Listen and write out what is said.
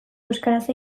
euskaraz